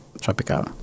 Tropical